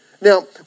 Now